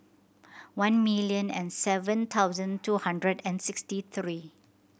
one million and seven thousand two hundred and sixty three